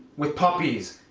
with puppies.